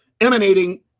emanating